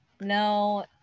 no